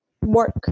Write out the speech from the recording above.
work